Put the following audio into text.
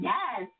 Yes